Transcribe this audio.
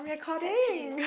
pet teeth